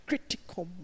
Critical